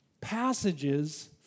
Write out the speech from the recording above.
passages